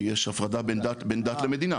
יש הפרדה בין דת למדינה.